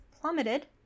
plummeted